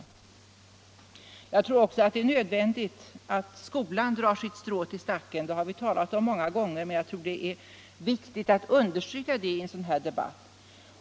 Vidare tror jag det är nödvändigt att skolan drar sitt strå till stacken. Vi har talat om det många gånger, men det är värdefullt att understryka den saken i en sådan här debatt.